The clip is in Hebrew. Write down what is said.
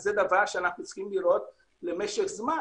זה דבר שאנחנו צריכים לראות למשך זמן.